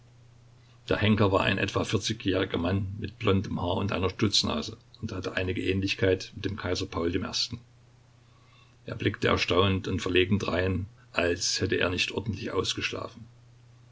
der henker war ein etwa vierzigjähriger mann mit blondem haar und einer stutznase und hatte einige ähnlichkeit mit dem kaiser paul i er blickte erstaunt und verlegen drein als hätte er nicht ordentlich ausgeschlafen